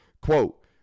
Quote